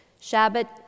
Shabbat